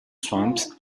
swamps